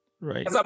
Right